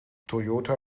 toyota